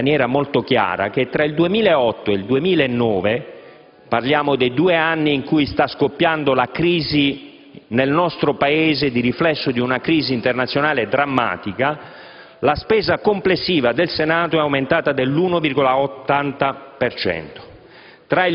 in maniera molto chiara che, tra il 2008 e il 2009 (i due anni in cui è scoppiata la crisi nel nostro Paese di riflesso a una crisi internazionale drammatica), la spesa complessiva del Senato è aumentata dell'1,80